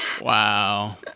Wow